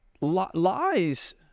lies